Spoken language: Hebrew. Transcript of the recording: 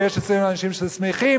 ויש אצלנו אנשים ששמחים,